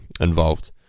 involved